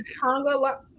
Tonga